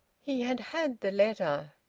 he had had the letter,